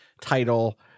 title